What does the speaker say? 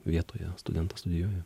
vietoje studentas studijuoja